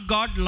God